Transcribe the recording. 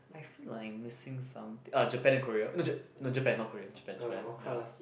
I feel like I'm missing something ah Japan and Korea uh no Japan not Korea Japan Japan ya